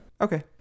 Okay